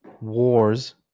wars